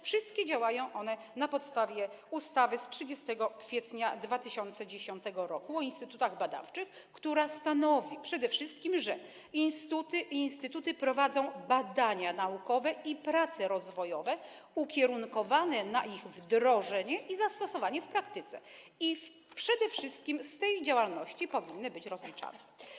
Wszystkie działają na podstawie ustawy z 30 kwietnia 2010 r. o instytutach badawczych, która przede wszystkim stanowi, że instytuty prowadzą badania naukowe i prace rozwojowe ukierunkowane na ich wdrożenie i zastosowanie w praktyce, i przede wszystkim z tej działalności powinny być rozliczane.